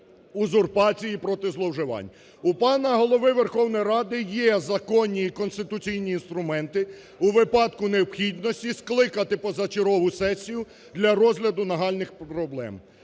узурпації, проти зловживань. У пана Голови Верховної Ради є законні і конституційні інструменти у випадку необхідності скликати позачергову сесію для розгляду нагальних проблем.